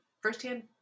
firsthand